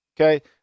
Okay